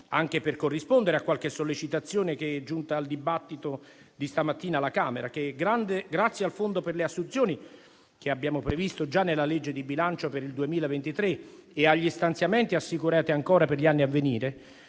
anche per rispondere a qualche sollecitazione giunta dal dibattito di questa mattina alla Camera, che, grazie al fondo per le assunzioni, che abbiamo previsto già nella legge di bilancio per il 2023, e agli stanziamenti assicurati ancora per gli anni a venire